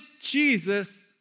Jesus